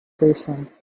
patient